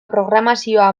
programazioa